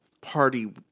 party